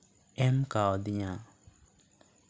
ᱮᱢ ᱠᱟᱣᱫᱤᱧᱟ